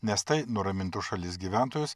nes tai nuramintų šalies gyventojus